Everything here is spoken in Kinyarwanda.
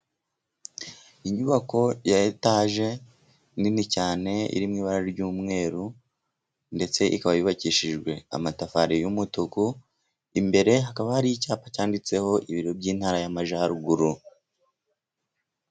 Inyubako ya etaje, nini cyane, iri mu ibara ry'umweru, ndetse, ikaba yubakishijwe amatafari y'umutuku, imbere hakaba hari icyapa cyanditseho ibiro by'intara y'Amajyaruguru.